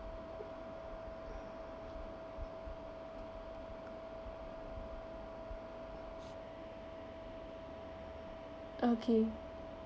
okay